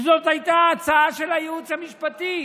שזאת הייתה הצעה של הייעוץ המשפטי.